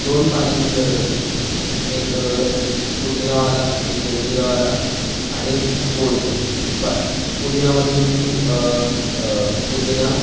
दोन पाण्यांची गरज असते एक पुदिनावाला एक जलजीरावाला आणि एक गोड चटणी बस पुदीनामध्ये तुम्ही पुदिना